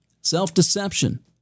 Self-deception